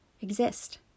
exist